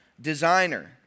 designer